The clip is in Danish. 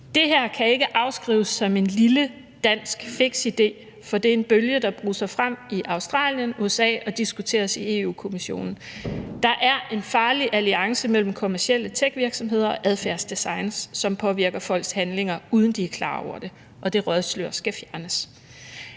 »Det kan ikke afskrives som en lille dansk fiks idé, for det er en bølge, der bruser frem i Australien, USA og diskuteres i EU-Kommissionen. Der er en farlig alliance mellem kommercielle techvirksomheder og adfærdsdesign, der påvirker folks handlinger, uden at de er klar over det. Det røgslør skal fjernes